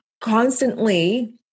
constantly